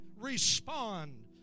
respond